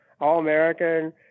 All-American